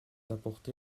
apporté